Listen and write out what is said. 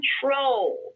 control